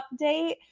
update